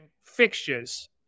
fixtures